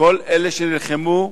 כל אלה שנלחמו,